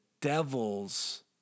devil's